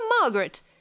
Margaret